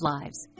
lives